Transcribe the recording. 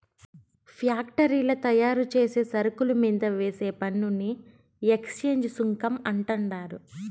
ఫ్యాక్టరీల్ల తయారుచేసే సరుకుల మీంద వేసే పన్నుని ఎక్చేంజ్ సుంకం అంటండారు